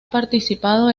participado